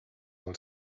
del